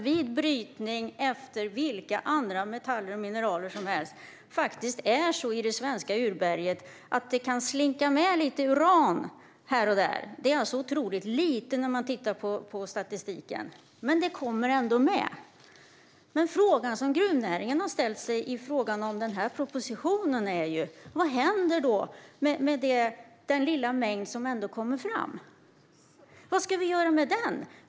Vid brytning av vilka andra metaller och mineraler som helst är det faktiskt så i det svenska urberget att det kan slinka med lite uran här och där. Det är otroligt lite, enligt statistiken, men det kommer ändå med. Den fråga som gruvnäringen har ställt sig när det gäller den här propositionen är vad som händer med den lilla mängd som ändå kommer fram. Vad ska de göra med den?